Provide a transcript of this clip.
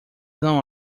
não